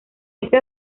ese